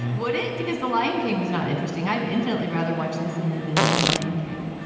would it, because the lion king was not interesting, i'm infinitely rather watch this than that than the new lion king.